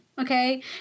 okay